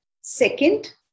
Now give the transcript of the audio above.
Second